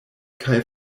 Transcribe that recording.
kaj